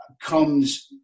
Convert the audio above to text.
comes